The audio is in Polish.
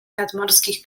nadmorskich